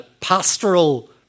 pastoral